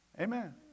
Amen